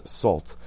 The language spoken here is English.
salt